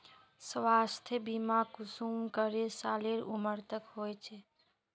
स्वास्थ्य बीमा कुंसम करे सालेर उमर तक होचए?